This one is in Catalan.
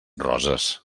roses